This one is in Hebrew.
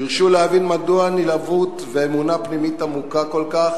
דרשו להבין מדוע נלהבות ואמונה פנימית עמוקה כל כך